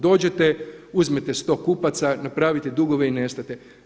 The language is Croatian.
Dođete, uzmete 100 kupaca, napravite dugove i nestanete.